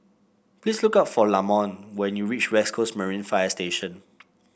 please look for Lamont when you reach West Coast Marine Fire Station